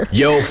yo